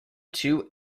two